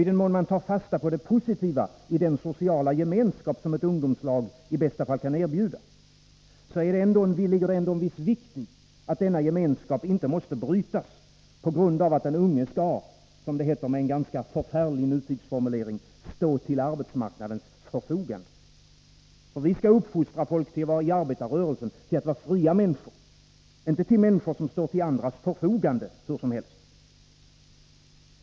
I den mån man tar fasta på det positiva i den sociala gemenskap som ett ungdomslag i bästa fall kan erbjuda, ligger det ändå en viss vikt i att denna gemenskap inte måste brytas på grund av att den unge skall — som det heter med en ganska förfärlig nutidsformulering — stå till arbetsmarknadens förfogande. Vi skall uppfostra folk till att vara i arbetarrörelsen och att vara fria människor, inte till att vara människor som står till andras förfogande hur som helst.